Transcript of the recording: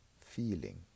feeling